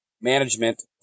Management